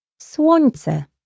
słońce